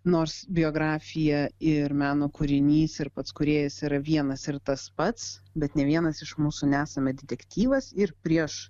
nors biografija ir meno kūrinys ir pats kūrėjas yra vienas ir tas pats bet ne vienas iš mūsų nesame detektyvas ir prieš